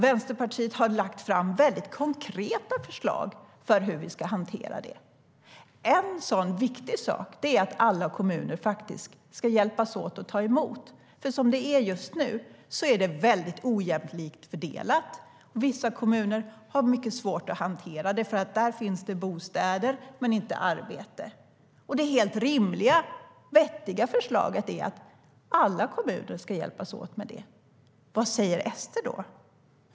Vänsterpartiet har lagt fram väldigt konkreta förslag för hur vi ska hantera det. Vad säger SD då?